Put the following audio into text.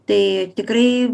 tai tikrai